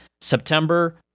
September